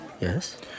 Yes